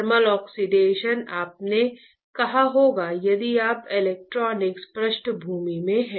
thermal oxidation आपने कहा होगा यदि आप इलेक्ट्रॉनिक्स पृष्ठभूमि से हैं